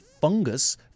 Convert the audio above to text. fungus